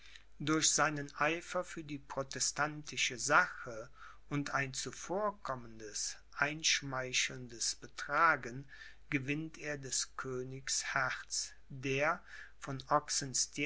durch seinen eifer für die protestantische sache und ein zuvorkommendes einschmeichelndes betragen gewinnt er des königs herz der von